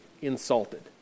insulted